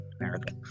America